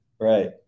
Right